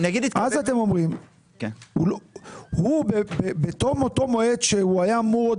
אז אתם אומרים שהוא בתום אותו מועד שהוא היה אמור עוד